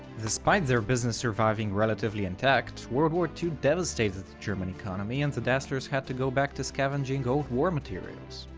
despite their business surviving relatively intact, world war two devastated the german economy and the dasslers had to go back to scavenging old war materials.